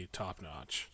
top-notch